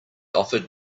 offered